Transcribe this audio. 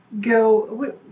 go